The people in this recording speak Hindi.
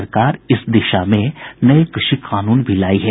सरकार इस दिशा में नए कृषि कानून भी लाई है